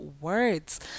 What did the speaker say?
words